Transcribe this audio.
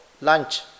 lunch